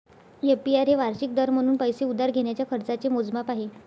APR हे वार्षिक दर म्हणून पैसे उधार घेण्याच्या खर्चाचे मोजमाप आहे